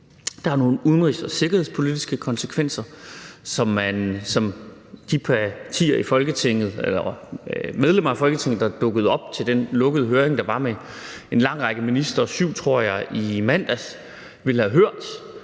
Der er nogle udenrigs- og sikkerhedspolitiske konsekvenser, som de medlemmer af Folketinget, der dukkede op til den lukkede høring, der var i mandags med en lang række ministre, syv, tror jeg, vil have hørt